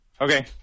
okay